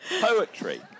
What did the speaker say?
Poetry